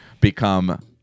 become